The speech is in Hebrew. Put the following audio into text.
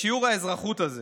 בשיעור האזרחות הזה